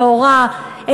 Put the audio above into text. נאורה,